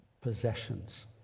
possessions